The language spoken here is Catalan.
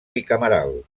bicameral